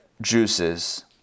juices